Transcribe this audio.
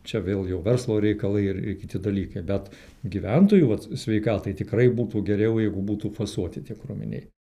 čia vėl jau verslo reikalai ir kiti dalykai bet gyventojų vat sveikatai tikrai būtų geriau jeigu būtų fasuoti tie kroviniai